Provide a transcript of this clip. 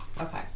Okay